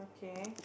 K